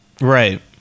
Right